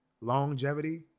longevity